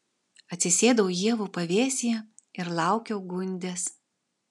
atsisėdau ievų pavėsyje ir laukiau gundės